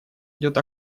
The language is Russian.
идет